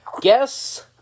Guess